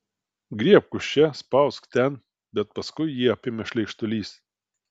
griebk už čia spausk ten bet paskui jį apėmė šleikštulys